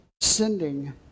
sending